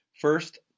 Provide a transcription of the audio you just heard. First